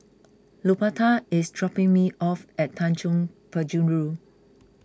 Luberta is dropping me off at Tanjong Penjuru